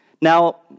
Now